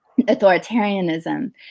authoritarianism